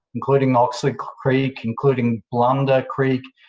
including oxley creek, including blunder creek,